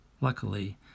Luckily